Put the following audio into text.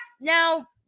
now